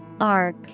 arc